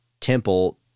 temple